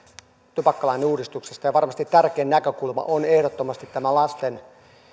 tupakkalain uudistuksesta ja varmasti tärkein näkökulma on ehdottomasti tämä lasten